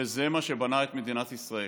וזה מה שבנה את מדינת ישראל.